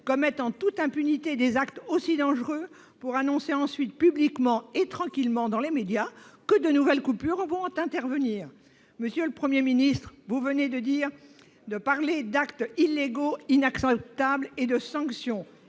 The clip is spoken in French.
commette en toute impunité des actes aussi dangereux, pour annoncer ensuite publiquement et tranquillement dans les médias que de nouvelles coupures vont intervenir ! Monsieur le Premier ministre, vous venez de parler d'actes illégaux inacceptables et de sanctions,